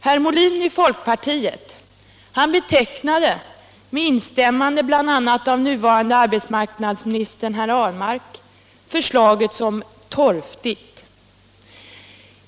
Herr Molin i folkpartiet betecknade, med instämmande bl.a. av nuvarande arbetsmarknadsministern herr Ahlmark, förslaget som torftigt.